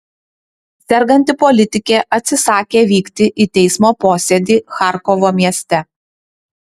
serganti politikė atsisakė vykti į teismo posėdį charkovo mieste